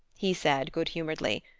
he said good-humoredly,